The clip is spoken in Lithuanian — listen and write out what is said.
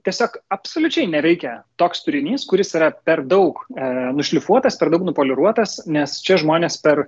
tiesiog absoliučiai nereikia toks turinys kuris yra per daug a nušlifuotas per daug nupoliruotas nes čia žmonės per